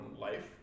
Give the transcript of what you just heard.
life